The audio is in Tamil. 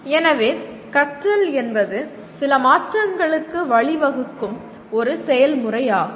எனவே கற்றல் என்பது சில மாற்றங்களுக்கு வழிவகுக்கும் ஒரு செயல்முறையாகும்